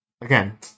Again